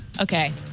Okay